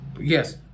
Yes